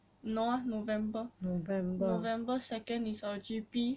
no ah november november second is our G_P